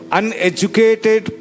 uneducated